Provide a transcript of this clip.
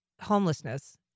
homelessness